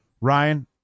Ryan